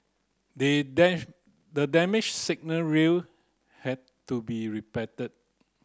they the damaged signal rail had to be repaired